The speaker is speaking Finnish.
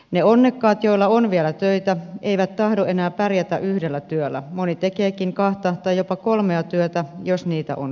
ne onnekkaat joilla on vielä töitä eivät tahdo enää pärjätä yhdellä työllä moni tekeekin kahta tai jopa kolmea työtä jos niitä on